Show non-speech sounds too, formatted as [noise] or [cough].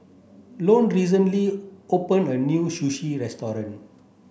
[unintelligible] recently open a new Sushi [unintelligible]